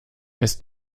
ist